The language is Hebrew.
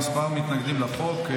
כמה מתנגדים לחוק.